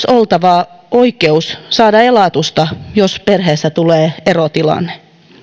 oltava myös oikeus saada elatusta jos perheessä tulee erotilanne